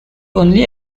only